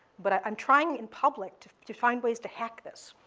but i'm trying in public to to find ways to hack this,